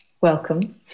welcome